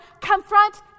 confront